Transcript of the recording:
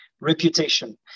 reputation